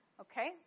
Okay